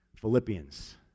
Philippians